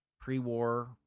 pre-war